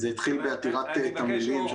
זה התחיל בעתירה לקבל את התמלילים.